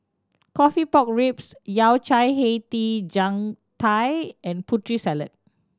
coffee pork ribs Yao Cai hei di jiang tai and Putri Salad